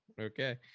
okay